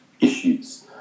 issues